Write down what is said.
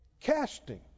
Casting